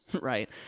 right